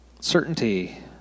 Certainty